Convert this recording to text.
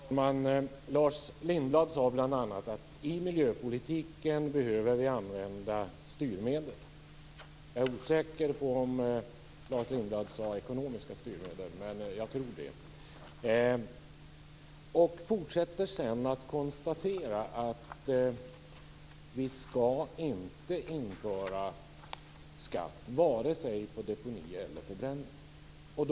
Fru talman! Lars Lindblad sade bl.a. att i miljöpolitiken behöver vi använda styrmedel. Jag är osäker på om Lars Lindblad sade ekonomiska styrmedel, men jag tror det. Lars Lindblad fortsätter sedan med att konstatera att vi inte skall införa skatt vare sig på deponi eller på förbränning.